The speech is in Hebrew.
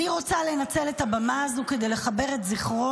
אני רוצה לנצל את הבמה הזאת כדי לכבד את זכרו